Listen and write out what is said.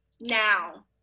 now